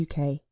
UK